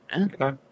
Okay